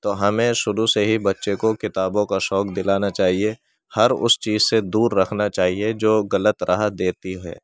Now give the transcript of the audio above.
تو ہمیں شروع سے ہی بچے کو کتابوں کا شوق دلانا چاہیے ہر اس چیز سے دور رکھنا چاہیے جو غلط راہ دیتی ہے